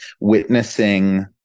witnessing